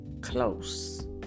close